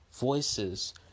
voices